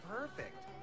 perfect